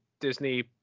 Disney